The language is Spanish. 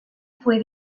fue